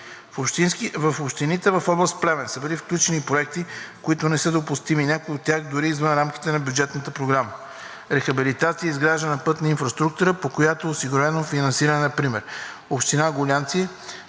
На общините в област Плевен са включени проекти, които не са допустими, някои от тях – дори извън рамките на бюджетната програма: - например „Рехабилитация и изграждане на пътната инфраструктура“, по която е осигурено финансиране; - Община Гулянци